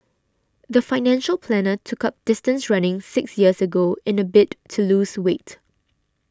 the financial planner took up distance running six years ago in a bid to lose weight